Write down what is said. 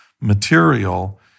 material